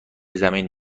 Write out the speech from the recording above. زمین